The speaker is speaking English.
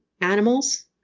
animals